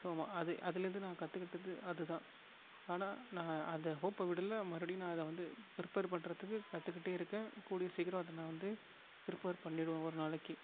so ம அது அதுலேருந்து நான் கற்றுக்கிட்டது அது தான் ஆனால் நான் அந்த ஹோப்பை விடலை மறுபடியும் நான் அதை வந்து ப்ரிப்பர் பண்ணுறதுக்கு கற்றுக்கிட்டே இருக்கேன் கூடிய சீக்கிரம் அத நான் வந்து ப்ரிப்பர் பண்ணிடுவேன் ஒரு நாளைக்கு